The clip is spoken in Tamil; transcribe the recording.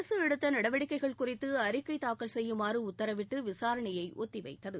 அரசு எடுத்த நடவடிக்கைகள் குறித்து அறிக்கை தாக்கல் செய்யுமாறு உத்தரவிட்டு விசாரணையை ஒத்தி வைத்தது